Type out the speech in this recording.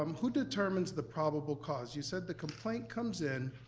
um who determines the probable cause? you said the complaint comes in,